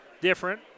different